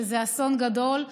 שזה אסון גדול.